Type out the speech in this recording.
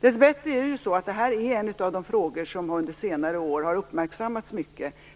Dessbättre är det här en av de frågor som under senare år har uppmärksammats mycket.